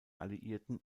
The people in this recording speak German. alliierten